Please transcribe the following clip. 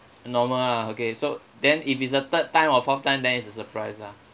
normal lah okay so then if it's a third time or fourth time then it's a surprise lah